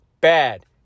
bad